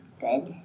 Good